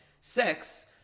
sex